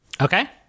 Okay